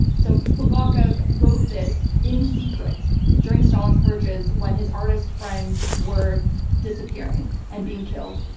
so bulgakov wrote this in secret during stalin's purges when his artist friends were disappearing and being killed,